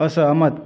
असहमत